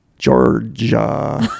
Georgia